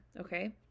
Okay